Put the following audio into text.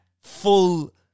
full